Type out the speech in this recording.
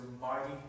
mighty